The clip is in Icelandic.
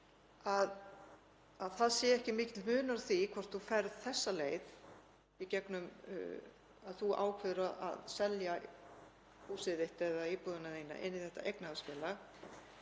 að það sé ekki mikill munur á því hvort þú ferð þessa leið, að þú ákveðir að selja húsið þitt eða íbúðina inn í þetta eignarhaldsfélag,